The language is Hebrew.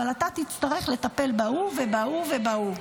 אבל אתה תצטרך לטפל בהוא ובהוא ובהוא.